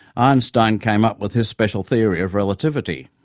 einstein came up with his special theory of relativity.